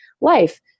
life